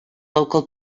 local